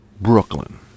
Brooklyn